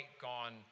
gone